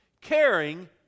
caring